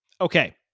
Okay